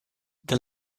the